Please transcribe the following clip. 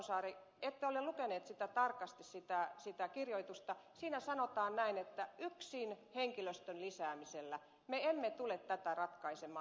jaakonsaari ette ole lukenut tarkasti sitä kirjoitusta siinä sanotaan näin että yksin henkilöstön lisäämisellä me emme tule tätä ratkaisemaan